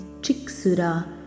Chiksura